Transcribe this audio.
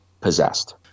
possessed